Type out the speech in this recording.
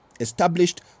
established